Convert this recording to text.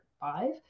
five